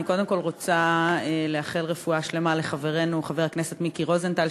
אני קודם כול רוצה לאחל רפואה שלמה לחברנו חבר הכנסת מיקי רוזנטל,